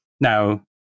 now